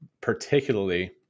particularly